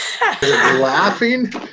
Laughing